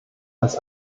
als